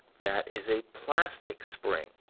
that is a plastic spring.